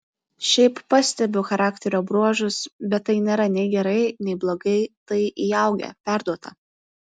šiaip pastebiu charakterio bruožus bet tai nėra nei gerai nei blogai tai įaugę perduota